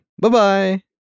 Bye-bye